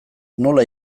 nola